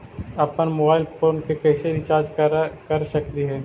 अप्पन mobile phone के कैसे रिचार्ज कर सकली हे?